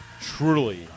truly